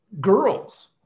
girls